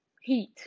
Heat